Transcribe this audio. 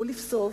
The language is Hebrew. ולבסוף,